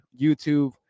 YouTube